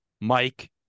Mike